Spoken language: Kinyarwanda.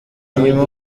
nyuma